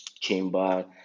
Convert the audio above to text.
chamber